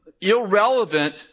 irrelevant